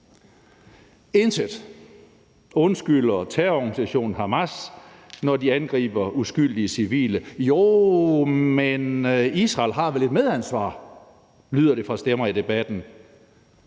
Intet undskylder terrororganisationen Hamas, når de angriber uskyldige civile. Joh, men Israel har vel et medansvar, lyder det fra stemmer i debatten.